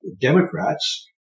Democrats